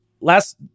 last